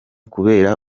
kubera